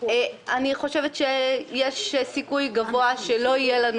אני חושבת שיש סיכוי גבוה שלא יהיה לנו